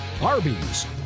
Arby's